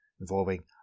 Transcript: involving